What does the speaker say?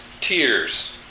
tears